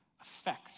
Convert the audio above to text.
effect